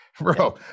Bro